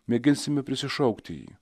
mėginsime prisišaukti jį